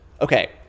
Okay